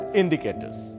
indicators